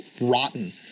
rotten